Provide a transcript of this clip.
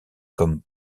comme